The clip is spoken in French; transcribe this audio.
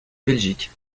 belgique